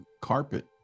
carpet